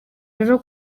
rero